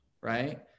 right